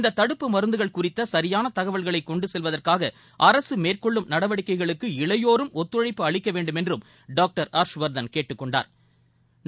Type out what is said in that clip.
இந்த தடுப்பு மருந்துகள் குறித்த சரியான தகவல்களை கொண்டு செல்வதற்காக அரசு மேற்கொள்ளும் நடவடிக்கைகளுக்கு இளையோரும் ஒத்துழைப்பு அளிக்க வேண்டுமென்றும் டாங்டர் ஹா்ஷ்வா்தன் கேட்டுக் கொண்டாா்